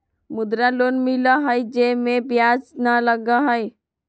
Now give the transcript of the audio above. मुद्रा लोन मिलहई जे में ब्याज न लगहई?